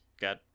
got